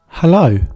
Hello